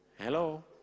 Hello